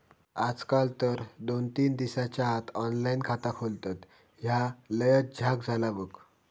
आजकाल तर दोन तीन दिसाच्या आत ऑनलाइन खाता खोलतत, ह्या लयच झ्याक झाला बघ